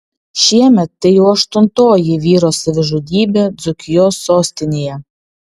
šiemet tai jau aštuntoji vyro savižudybė dzūkijos sostinėje